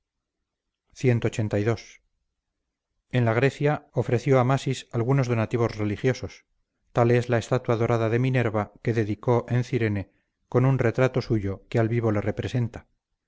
clxxxii en la grecia ofreció amasis algunos donativos religiosos tal es la estatua dorada de minerva que dedicó en cirene con un retrato suyo que al vivo le representa